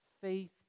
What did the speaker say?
Faith